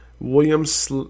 Williams